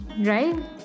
right